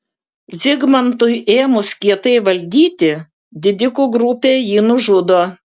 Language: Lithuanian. zigmantui ėmus kietai valdyti didikų grupė jį nužudo